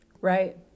Right